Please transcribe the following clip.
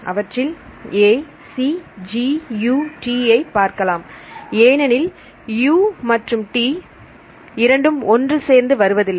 அவற்றில் ACGUT ஐ பார்க்கலாம் ஏனெனில் U மற்றும் T இரண்டும் ஒன்று சேர்ந்து வருவதில்லை